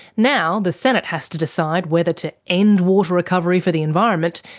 now the senate has to decide whether to end water recovery for the environment,